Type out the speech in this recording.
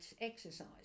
exercise